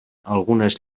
algunes